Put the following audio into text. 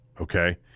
okay